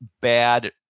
bad